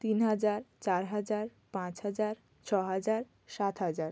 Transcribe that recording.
তিন হাজার চার হাজার পাঁচ হাজার ছ হাজার সাত হাজার